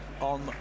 on